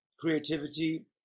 creativity